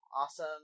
awesome